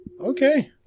Okay